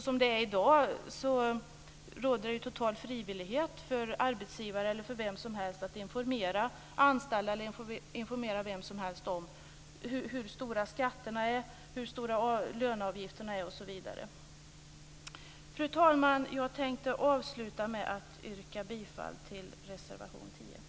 Som det är i dag råder det ju total frivillighet för arbetsgivare eller för vem som helst när det gäller att informera anställda och andra om hur stora skatterna är, om hur stora löneavgifterna är osv. Fru talman! Jag tänkte avsluta med att yrka bifall till reservation 10.